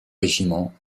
régiments